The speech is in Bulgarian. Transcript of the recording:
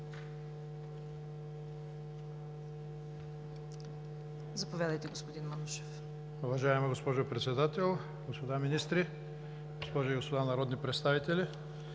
Заповядайте, господин Манушев.